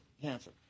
cancer